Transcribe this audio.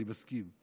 אני מסכים.